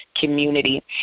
community